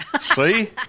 See